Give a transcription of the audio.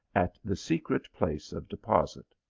at the secret place of deposit.